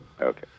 Okay